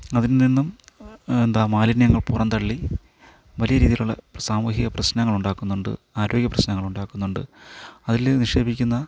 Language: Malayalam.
അതിൽ നിന്നും എന്താണ് മാലിന്യങ്ങൾ പുറംതള്ളി വലിയ രീതിയിലുള്ള സാമൂഹിക പ്രശ്നങ്ങൾ ഉണ്ടാക്കുന്നുണ്ട് ആരോഗ്യ പ്രശ്നങ്ങൾ ഉണ്ടാക്കുന്നുണ്ട് അതിൽ നിക്ഷേപിക്കുന്ന